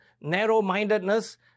narrow-mindedness